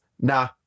nah